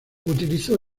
utilizó